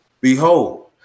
behold